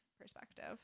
perspective